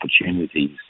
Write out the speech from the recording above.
opportunities